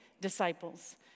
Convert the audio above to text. disciples